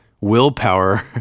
willpower